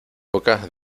pocas